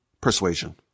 persuasion